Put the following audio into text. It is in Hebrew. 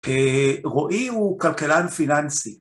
רועי הוא כלכלן פיננסי.